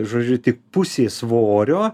žodžiu tik pusė svorio